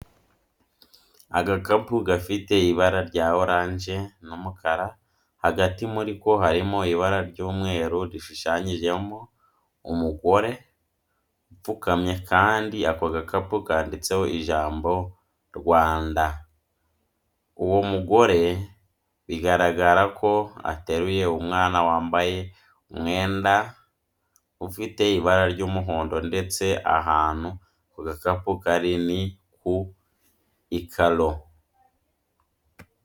Agakapu gafite ibara rya oranje n'umukara, hagati muri ko harimo ibara ry'umweru rishushanyijemo umugore upfukamye kandi ako gakapu kanditseho ijambo Rwanda. Uwo mugore biragaragara ko ateruye umwana wambaye umwenda ufite ibara ry'umuhondo ndetse ahantu ako gakapu kari ni ku ikaro.